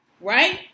Right